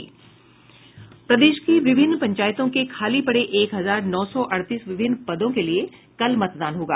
प्रदेश की विभिन पंचायतों के खाली पड़े एक हजार नौ सौ अड़तीस विभिन्न पदों के लिए कल मतदान होगा